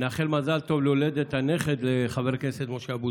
נאחל מזל טוב להולדת הנכד לחבר הכנסת משה אבוטבול.